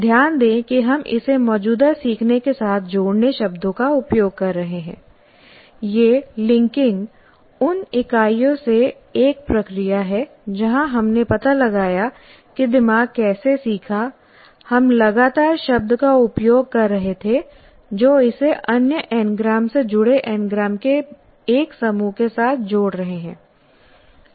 ध्यान दें कि हम इसे मौजूदा सीखने के साथ जोड़ने शब्दों का उपयोग कर रहे हैं यह लिंकिंग उन इकाइयों से एक प्रक्रिया है जहां हमने पता लगाया कि दिमाग कैसे सीखा हम लगातार शब्द का उपयोग कर रहे थे जो इसे अन्य एनग्राम से जुड़े एनग्राम के एक समूह के साथ जोड़ रहे थे